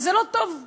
וזה לא טוב אפילו,